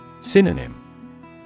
Synonym